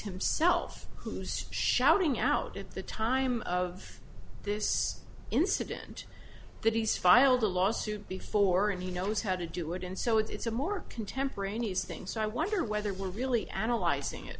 himself who's shouting out at the time of this incident that he's filed a lawsuit before and he knows how to do it and so it's a more contemporaneous thing so i wonder whether we're really analyzing it